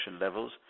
levels